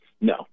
No